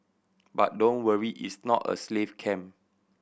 but don't worry its not a slave camp